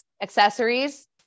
Accessories